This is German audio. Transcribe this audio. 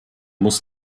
muss